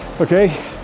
okay